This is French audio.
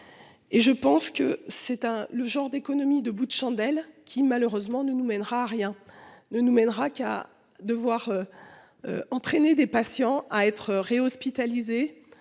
Et je pense que c'est un le genre d'économies de bouts de chandelle qui malheureusement ne nous mènera à rien ne nous mènera qu'à de voir. Entraîner des patients à être réhospitalisé